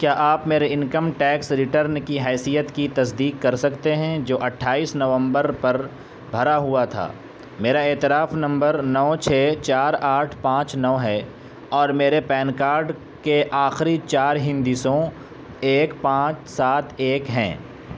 کیا آپ میرے انکم ٹیکس ریٹرن کی حیثیت کی تصدیق کر سکتے ہیں جو اٹھائس نومبر پر بھرا ہوا تھا میرا اعتراف نمبر نو چھ چار آٹھ پانچ نو ہے اور میرے پین کارڈ کے آخری چار ہندسوں ایک پانچ سات ایک ہیں